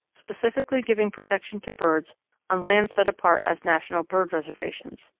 specifically giving protection to birds on lands set apart as national bird reservations.